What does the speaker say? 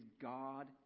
god